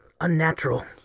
unnatural